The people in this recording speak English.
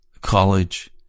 college